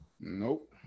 Nope